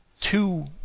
two